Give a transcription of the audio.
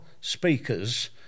speakers